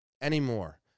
anymore